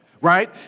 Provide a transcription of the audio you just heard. right